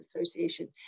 Association